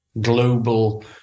global